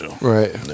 Right